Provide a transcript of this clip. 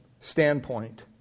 standpoint